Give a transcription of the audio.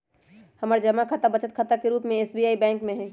हमर जमा खता बचत खता के रूप में एस.बी.आई बैंक में हइ